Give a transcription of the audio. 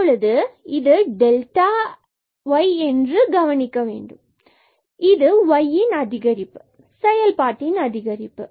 இப்போது இது delta y என்று கவனிக்க வேண்டும் இது y இன் அதிகரிப்பு செயல்பாட்டின் அதிகரிப்பு